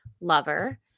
Lover